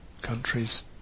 countries